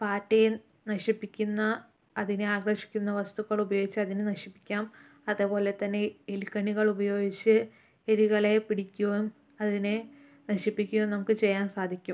പാറ്റയെ നശിപ്പിക്കുന്ന അതിനെ ആകർഷിക്കുന്ന വസ്തുക്കൾ ഉപയോഗിച്ച് അതിനെ നശിപ്പിക്കാം അതേപോലെ തന്നെ എലിക്കെണികൾ ഉപയോഗിച്ച് എലികളെ പിടിക്കുകയും അതിനെ നശിപ്പിക്കുകയും നമുക്ക് ചെയ്യാൻ സാധിക്കും